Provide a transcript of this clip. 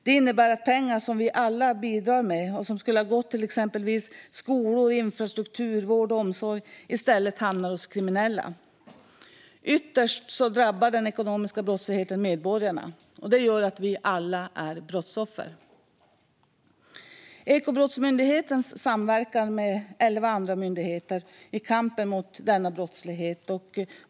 Det innebär att pengar som vi alla bidrar med och som skulle ha gått till exempelvis skolor, infrastruktur och vård och omsorg i stället hamnar hos kriminella. Ytterst drabbar den ekonomiska brottsligheten medborgarna. Det gör att vi alla är brottsoffer. Ekobrottsmyndigheten samverkar med elva andra myndigheter i kampen mot denna brottslighet.